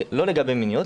לא לגבי מיניות,